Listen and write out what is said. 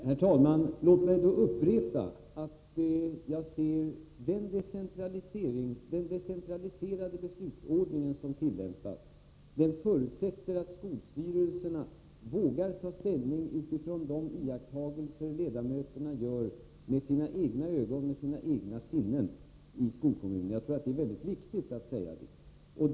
Herr talman! Låt mig då upprepa att den decentraliserade beslutsordning som tillämpas förutsätter att skolstyrelserna vågar ta ställning utifrån de iakttagelser i skolkommunen som ledamöterna gör med sina egna sinnen. Jag tror att det är mycket viktigt att detta sägs.